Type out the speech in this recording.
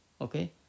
Okay